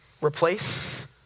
replace